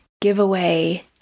giveaway